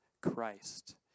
Christ